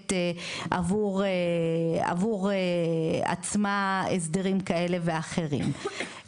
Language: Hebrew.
מחוקקת עבור עצמה, הסדרים כאלה ואחרים.